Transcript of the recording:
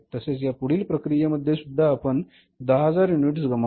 तसेच या पुढील प्रक्रिये मध्ये सुध्दा आपण 10000 युनिट्स गमावले